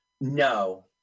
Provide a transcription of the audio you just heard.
no